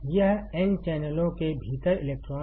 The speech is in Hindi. यह एन चैनलों के भीतर इलेक्ट्रॉन है